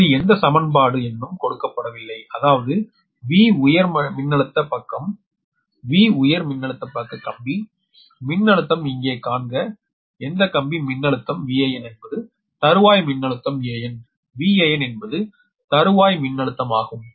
இங்கு எந்த சமன்பாடு எண்ணும் கொடுக்கப்படவில்லை அதாவது V உயர் மின்னழுத்த பக்க மின்னழுத்தம் V உயர் மின்னழுத்த பக்க கம்பி மின்னழுத்தம் இங்கே காண்க எந்த கம்பி மின்னழுத்தம் VAn என்பது தறுவாய் மின்னழுத்தம் AN VAn என்பது தறுவாய் மின்னழுத்தமாகும்